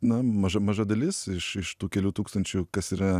na maža maža dalis iš iš tų kelių tūkstančių kas yra